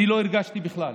אני לא הרגשתי בכלל.